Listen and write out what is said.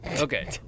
Okay